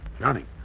Johnny